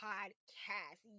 Podcast